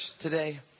today